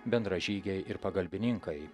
bendražygiai ir pagalbininkai